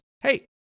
Hey